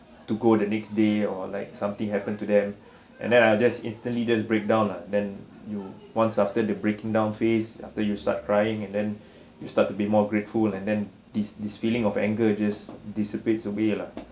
to go the next day or like something happen to them and then I'll just instantly then breakdown lah then you once after the breaking down face after you start crying and then you start to be more grateful and then this this feeling of anger just dissipates away lah